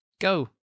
go